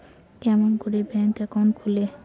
কেমন করি bank account খুলে?